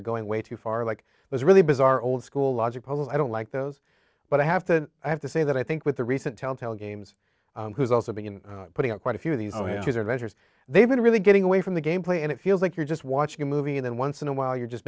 are going way too far like those really bizarre old school logic puzzles i don't like those but i have to i have to say that i think with the recent telltale games who's also been putting out quite a few of these adventures they've been really getting away from the gameplay and it feels like you're just watching a movie and then once in a while you're just